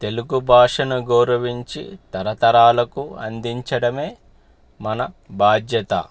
తెలుగు భాషను గౌరవించి తరతరాలకు అందించడమే మన బాధ్యత